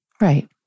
Right